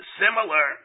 similar